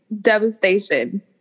devastation